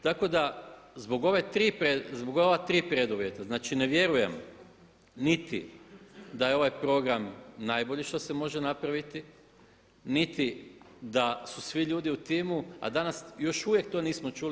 Tako da zbog ova tri preduvjeta, znači ne vjerujem niti da je ovaj program najbolji što se može napraviti, niti da su svi ljudi u timu, a danas još uvijek to nismo čuli.